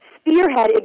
spearhead